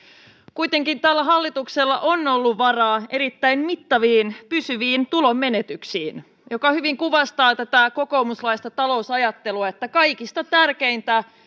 kuitenkin tällä hallituksella on ollut varaa erittäin mittaviin pysyviin tulon menetyksiin mikä hyvin kuvastaa kokoomuslaista talousajattelua että kaikista tärkeintä ja